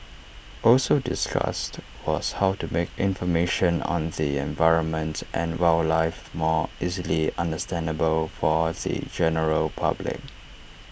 also discussed was how to make information on the environment and wildlife more easily understandable for the general public